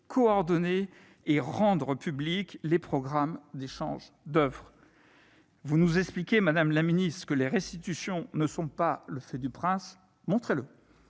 coordonner et rendre public les programmes d'échanges d'oeuvres. Vous nous expliquez, madame la secrétaire d'État, que les restitutions ne sont pas le fait du prince. Montrez-le